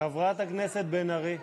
חברת הכנסת בן ארי.